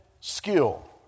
skill